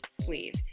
sleeve